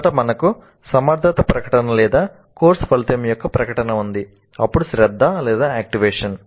మొదట మనకు సమర్థత ప్రకటన లేదా కోర్సు ఫలితం యొక్క ప్రకటన ఉంది అప్పుడు శ్రద్ధ యాక్టివేషన్